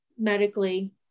medically